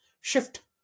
shift